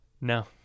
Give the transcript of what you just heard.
No